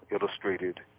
illustrated